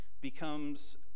Becomes